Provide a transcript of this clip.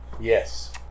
yes